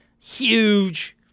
huge